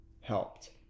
helped